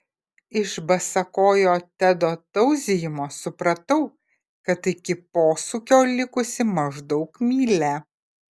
iš basakojo tedo tauzijimo supratau kad iki posūkio likusi maždaug mylia